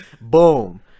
boom